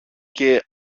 και